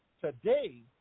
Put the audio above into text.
today